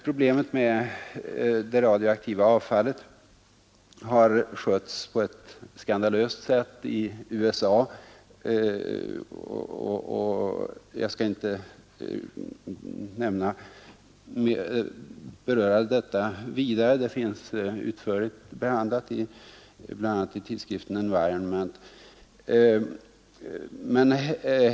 Problemet med det radioaktiva avfallet har skötts på ett skandalöst sätt i USA, men jag skall inte beröra detta vidare. Det finns utförligt behandlat bl.a. i tidskriften Environment.